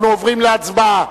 אנחנו עוברים להצבעה,